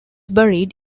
buried